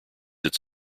its